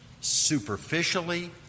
superficially